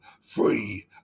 free